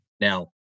Now